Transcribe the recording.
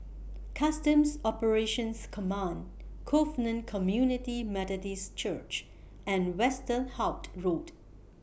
Customs Operations Command Covenant Community Methodist Church and Westerhout Road